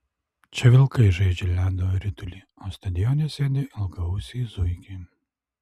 čia vilkai žaidžia ledo ritulį o stadione sėdi ilgaausiai zuikiai